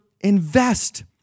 invest